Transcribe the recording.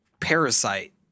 parasite